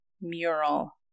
mural